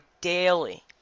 daily